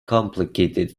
complicated